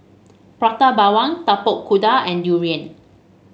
Prata Bawang Tapak Kuda and durian